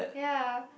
ya